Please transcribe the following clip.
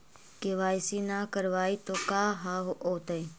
KYC न करवाई तो का हाओतै?